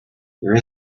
there